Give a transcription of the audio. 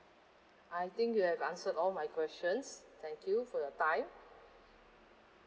I think you have answered all my questions thank you for your time